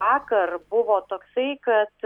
vakar buvo toksai kad